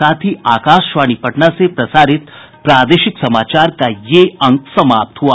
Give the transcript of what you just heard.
इसके साथ ही आकाशवाणी पटना से प्रसारित प्रादेशिक समाचार का ये अंक समाप्त हुआ